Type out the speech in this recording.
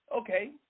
Okay